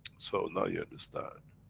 so, now you understand,